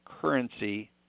currency